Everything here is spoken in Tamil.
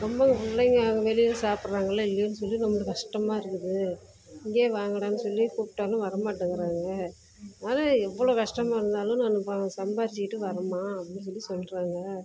ரொம்பவும் பிள்ளைங்க வெளியில் சாப்பிட்றாங்களோ இல்லையோ சொல்லி ரொம்ப கஷ்டமாக இருக்குது இங்கே வாங்கடானு சொல்லி கூப்பிட்டாலும் வர மாட்டேங்குறாங்க ஆனால் எவ்வளோ கஷ்டமாக இருந்தாலும் நான் பணம் சம்பாதிச்சிக்கிட்டு வர்றேம்மா அப்படினு சொல்லி சொல்கிறாங்க